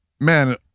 man